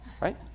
right